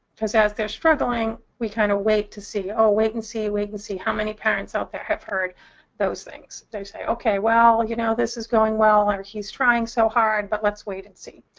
because as they're struggling, we kind of wait to see, oh, wait and see, wait and see. how many parents out there have heard those things? they say, okay, well, you know, this is going well, or, he's trying so hard, but let's wait and see.